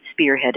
spearheaded